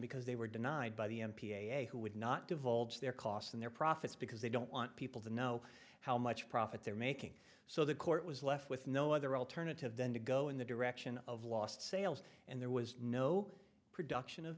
because they were denied by the n p a who would not divulge their costs and their profits because they don't want people to know how much profit they're making so the court was left with no other alternative than to go in the direction of lost sales and there was no production of